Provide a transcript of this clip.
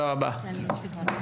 אני שב ואומר,